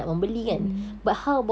mm mm